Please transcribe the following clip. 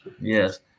Yes